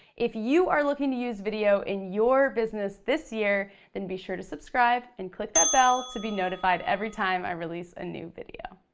if you are looking to to use video in your business this year then be sure to subscribe and click that bell to be notified every time i release a new video.